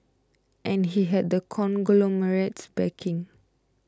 and he had the conglomerate's backing